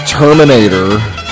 Terminator